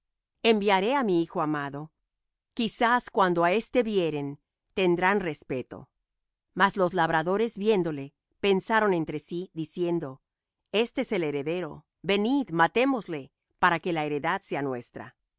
enviaré mi hijo amado quizás cuando á éste vieren tendrán respeto mas los labradores viéndole pensaron entre sí diciendo este es el heredero venid matémosle para que la heredad sea nuestra